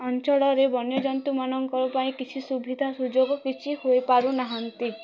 ଅଞ୍ଚଳରେ ବନ୍ୟଜନ୍ତୁମାନଙ୍କ ପାଇଁ କିଛି ସୁବିଧା ସୁଯୋଗ କିଛି ହୋଇ ପାରୁନାହାନ୍ତି